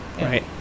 right